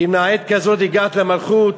"אם לעת כזאת הגעתְ למלכות",